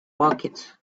bucket